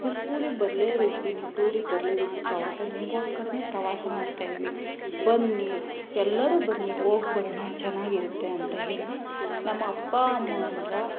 ನೀವು ಸ್ಕೂಲಿಗೆ ಬರಲೇಬೇಕು ನೀವು ಟೂರಿಗೆ ಬರಲೇಬೇಕು ಪ್ರವಾಸ ನಿಮಗೋಸ್ಕರನೇ ಪ್ರವಾಸ ಮಾಡ್ತಾ ಇದೀವಿ ಬನ್ನಿ ಎಲ್ಲರು ಬನ್ನಿ ಹೋಗ್ಬರೋಣ ಚೆನ್ನಾಗಿರುತ್ತೆ ಅಂತ ಹೇಳಿ ನಮ್ಮ ಅಪ್ಪ ಅಮ್ಮನಹತ್ರ